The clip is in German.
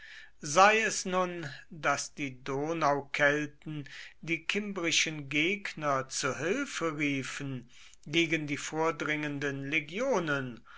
sei es nun daß die donaukelten die kimbrischen gegner zu hilfe riefen gegen die vordringenden legionen